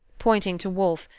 pointing to wolfe,